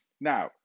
Now